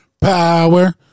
power